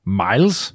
miles